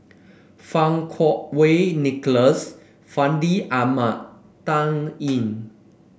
Fang Kuo Wei Nicholas Fandi Ahmad Dan Ying